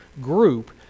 group